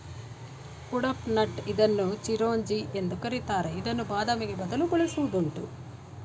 ಕುಡ್ಪನಟ್ ಇದನ್ನು ಚಿರೋಂಜಿ ಎಂದು ಕರಿತಾರೆ ಇದನ್ನು ಬಾದಾಮಿಗೆ ಬದಲು ಬಳಸುವುದುಂಟು